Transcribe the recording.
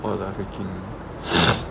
oh exactly